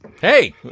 Hey